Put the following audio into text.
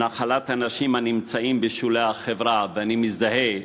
נחלת אנשים הנמצאים בשולי החברה, ואני מזדהה